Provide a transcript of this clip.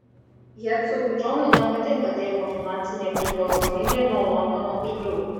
hercogui džonui nepatinka tėvo finansinė priklausomybė nuo londono pirklių